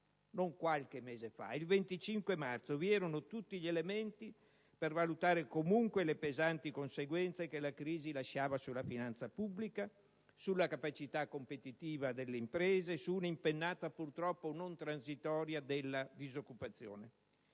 non qualche mese fa, quando vi erano tutti gli elementi per valutare comunque le pesanti conseguenze che la crisi lasciava sulla finanza pubblica, sulla capacità competitiva delle imprese e su un'impennata purtroppo non transitoria della disoccupazione;